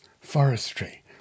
forestry